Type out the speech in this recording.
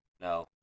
No